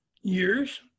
years